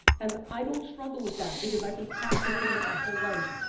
and i don't struggle with that because i've been practicing it my whole life,